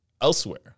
elsewhere